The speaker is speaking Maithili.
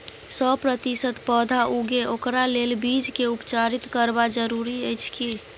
सौ प्रतिसत पौधा उगे ओकरा लेल बीज के उपचारित करबा जरूरी अछि की?